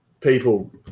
people